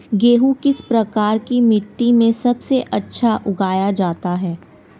गेहूँ किस प्रकार की मिट्टी में सबसे अच्छा उगाया जाता है?